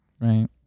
Right